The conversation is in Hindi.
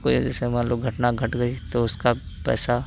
कोई जैसे मान लो घटना घट गई तो उसका पैसा